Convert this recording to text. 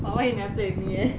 but what you never play with me leh